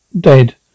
Dead